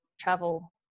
travel